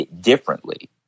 differently